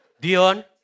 Dion